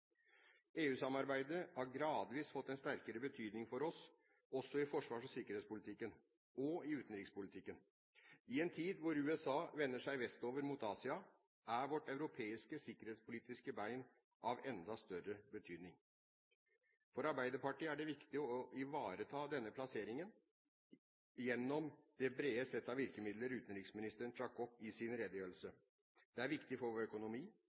EU-samarbeidet har gradvis fått en sterkere betydning for oss, også i forsvars- og sikkerhetspolitikken – og i utenrikspolitikken. I en tid hvor USA vender seg vestover, mot Asia, er vårt europeiske sikkerhetspolitiske bein av enda større betydning. For Arbeiderpartiet er det viktig å ta ivareta denne plasseringen gjennom det brede sett av virkemidler utenriksministeren trakk opp i sin redegjørelse. Det er viktig for vår økonomi.